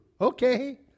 Okay